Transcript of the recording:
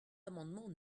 amendement